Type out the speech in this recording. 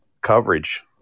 coverage